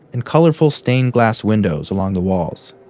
and colorful stained glass windows along the walls.